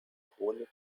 chronik